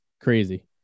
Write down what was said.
crazy